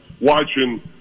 watching